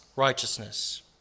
righteousness